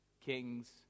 kings